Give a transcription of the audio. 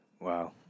Wow